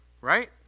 right